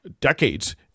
decades